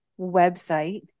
website